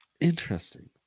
Interesting